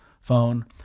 phone